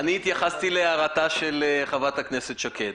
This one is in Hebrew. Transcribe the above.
אני התייחסתי להערתה של חברת הכנסת שקד.